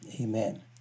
Amen